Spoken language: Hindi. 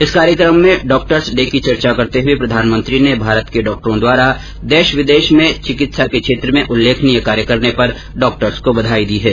इस कार्यक्रम में डॉक्टर्स डे की चर्चा करते हुए प्रधानमंत्री ने भारत के डॉक्टरों द्वारा देश विदेश में चिकित्सा के क्षेत्र में उल्लेखनीय कार्य करने पर डॉक्टर्स को बघाई दी है